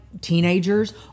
teenagers